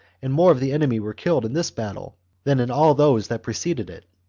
and more of the enemy were killed in this battle than in all those that preceded it.